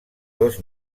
dos